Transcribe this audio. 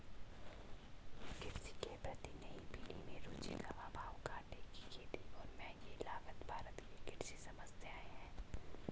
कृषि के प्रति नई पीढ़ी में रुचि का अभाव, घाटे की खेती और महँगी लागत भारत की कृषि समस्याए हैं